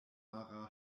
mara